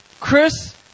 Chris